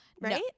Right